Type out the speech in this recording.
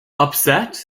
upset